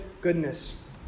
goodness